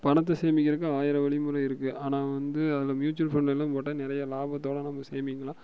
பணத்தை சேமிக்கிறதுக்கு ஆயிரம் வழிமுறை இருக்குது ஆனால் வந்து அதில் மியூச்சுவல் ஃபண்ட்லேல்லாம் போட்டால் நிறையா லாபத்தோடு நம்ம சேமிக்கலாம்